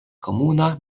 komuna